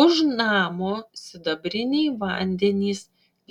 už namo sidabriniai vandenys